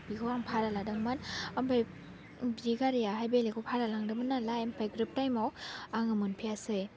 बिखौ आं भारा लादोंमोन ओमफ्राय बियो गारिआहाय बेलेगखौ भारा लांदोंमोन नालाय ओमफ्राय ग्रोब टाइमआव आङो मोनफैयासै